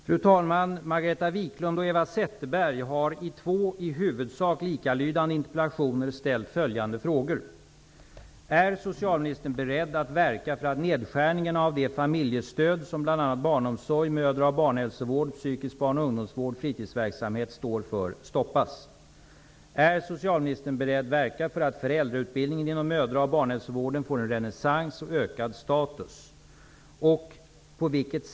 Fru talman! Margareta Viklund och Eva Zetterberg har i två i huvudsak likalydande interpellationer ställt följande frågor: barnomsorg, mödra och barnhälsovård, psykisk barn och ungdomsvård, fritidsverksamhet står för stoppas? Är socialministern beredd verka för att föräldrautbildningen inom mödra och barnhälsovården får en renässans och ökad status?